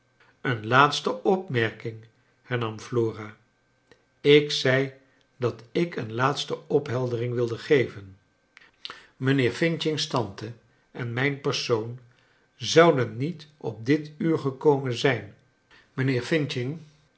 een laatste opmerking hernam flora ik zei dat ik een laatste opheldering wilde geven mijnheer f's tante en mijn persoon zouden niet op dit uur gekomen zijn mijnheer f